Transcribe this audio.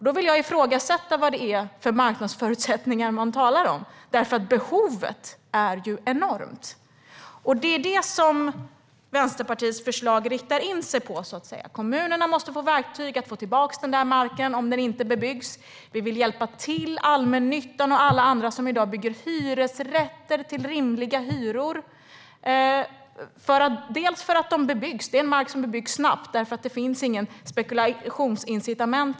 Jag vill ifrågasätta vad det är för marknadsförutsättningar man talar om. Behovet är ju enormt. Det är detta som Vänsterpartiets förslag riktar in sig på. Kommunerna måste få verktyg att få tillbaka den där marken om den inte bebyggs. Vi vill hjälpa allmännyttan och alla andra som i dag bygger hyresrätter med rimliga hyror. Vårt ena skäl är att det är mark som bebyggs snabbt, eftersom det inte finns något spekulationsincitament.